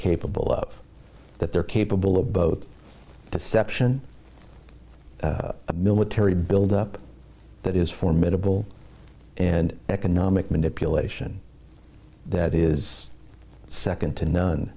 capable of that they're capable of deception a military build up that is formidable and economic manipulation that is nd to none